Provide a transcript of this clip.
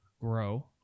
grow